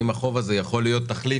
האם סכום החוב הזה יכול להיות תחליף